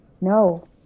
no